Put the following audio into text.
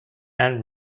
and